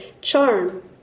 charm